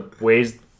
ways